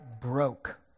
broke